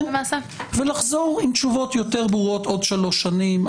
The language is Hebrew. כן, ולחזור עם תשובות יותר ברורות עוד שלוש שנים.